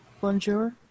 Bonjour